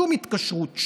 שום התקשרות,